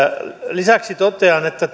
lisäksi totean että